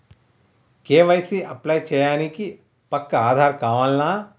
KYC apply చేయనీకి పక్కా ఆధార్ కావాల్నా?